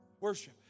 Worship